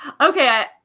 Okay